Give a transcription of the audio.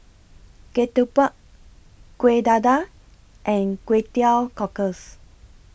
Ketupat Kueh Dadar and Kway Teow Cockles